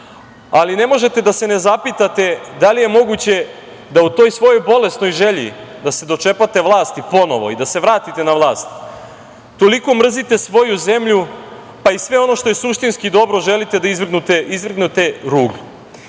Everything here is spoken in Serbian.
ali ne možete da se ne zapitate da li je moguće da u toj svojoj bolesnoj želji da se dočepate vlasti ponovo i da se vratite na vlast, toliko mrzite svoju zemlju, pa i sve ono što je suštinski dobro želite da izvrgnete